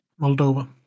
Moldova